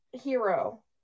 hero